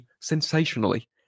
sensationally